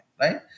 right